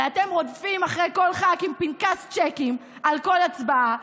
הרי אתם רודפים אחרי כל ח"כ עם פנקס צ'קים על כל הצבעה,